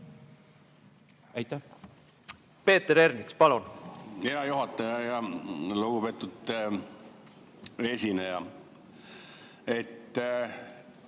Peeter Ernits, palun!